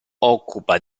occupa